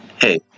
hey